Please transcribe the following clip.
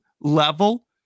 level